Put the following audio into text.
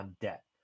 debt